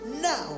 Now